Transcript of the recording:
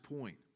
point